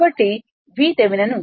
కాబట్టి V Thevenin